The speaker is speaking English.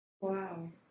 Wow